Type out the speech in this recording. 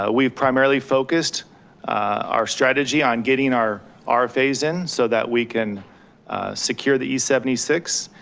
ah we've primarily focused our strategy on getting our our phase in so that we can secure the e seventy six.